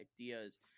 ideas